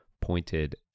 pointed